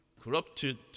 Corrupted